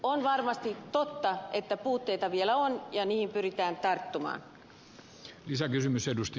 on varmasti totta että puutteita vielä on ja niihin pyritään tarttumaan